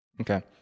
Okay